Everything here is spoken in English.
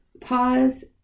pause